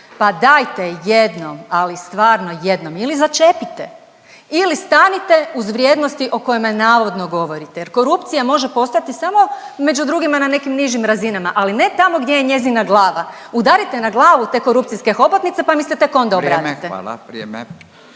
Pa dajte jednom, ali stvarno jednom ili začepite ili stanite uz vrijednosti o kojima navodno govorite jer korupcija može postojati samo među drugima na nekim nižim razinama, ali ne tamo gdje je njezina glava. Udarite na glavu te korupcijske hobotnice pa mi se tek onda obratite. **Radin, Furio